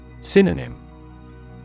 Synonym